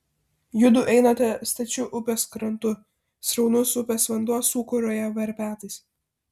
judu einate stačiu upės krantu sraunus upės vanduo sūkuriuoja verpetais